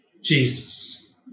Jesus